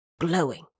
glowing